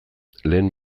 lehen